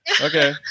Okay